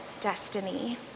destiny